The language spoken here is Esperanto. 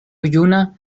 juna